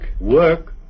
Work